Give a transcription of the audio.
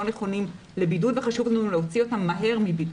נכונים לבידוד וחשוב לנו להוציא אותם מהר מבידוד.